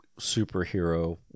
superhero